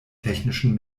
technischen